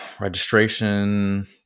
registration